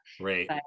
Right